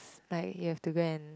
like you have to go and